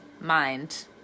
mind